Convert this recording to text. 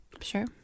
sure